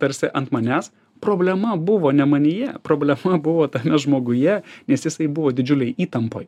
tarsi ant manęs problema buvo ne manyje problema buvo tame žmoguje nes jisai buvo didžiulėj įtampoj